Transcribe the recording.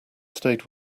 stayed